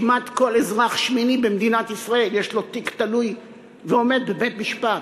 כמעט כל אזרח שמיני במדינת ישראל יש לו תיק תלוי ועומד בבית-משפט.